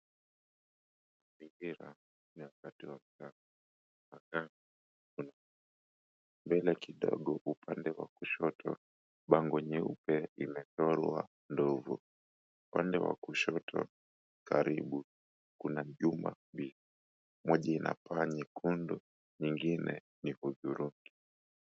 Mazingira ni wakati wa mchana mbele kidogo kwa upande wa kushoto bango nyeupe imechorwa ndovu upande wa kushoto karibu kuna jumba mbili moja ina paa nyekundu nyengine ni hudhurungi.